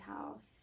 house